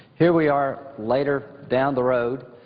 here we are later down the road.